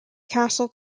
castle